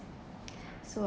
so